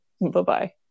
Bye-bye